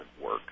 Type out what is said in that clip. work